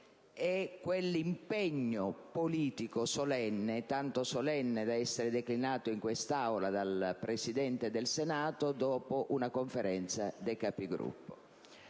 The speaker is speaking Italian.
e quell'impegno politico solenne, tanto solenne da essere declinato in quest'Aula dal Presidente del Senato dopo una Conferenza dei Capigruppo.